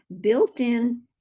built-in